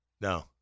No